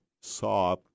saw